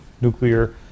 nuclear